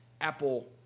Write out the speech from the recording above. apple